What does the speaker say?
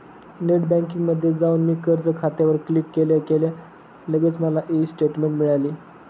net बँकिंगमध्ये जाऊन मी कर्ज खात्यावर क्लिक केल्या केल्या लगेच मला ई स्टेटमेंट मिळाली